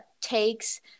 takes